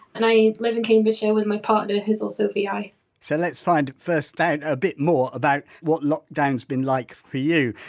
and i live in cambridgeshire with my partner, who's also v i so let's find first then a bit more about what lockdowns been like for you?